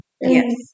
Yes